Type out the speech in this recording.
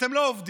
אתם לא עובדים.